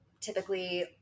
typically